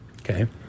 Okay